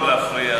חברת הכנסת זועבי,